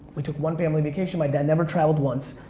we took one family vacation. my dad never traveled once,